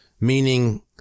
meaning